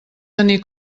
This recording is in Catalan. tenir